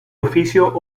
oficio